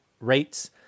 rates